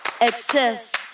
Excess